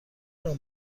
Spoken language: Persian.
نوع